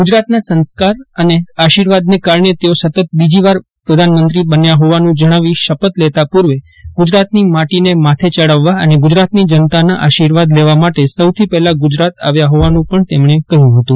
ગુજરાતના સંસ્કાર અને આશીર્વાદને કારણે તેઓ સતત બીજીવાર વડાપ્રધાન બન્યા ફોવાનું જણાવી શપથ લેતાં પૂર્વે ગુજરાતની માટીને માથે ચડાવવા અને ગુજરાતની જનતાના આશીર્વાદ લેવા માટે સૌથી પફેલા ગુજરાત આવ્યાં ફોવાનું પણ તેમણે કહ્યું ફતું